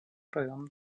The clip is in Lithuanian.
rajono